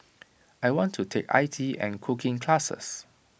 I want to take I T and cooking classes